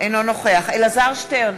אינו נוכח אלעזר שטרן,